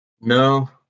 No